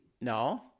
No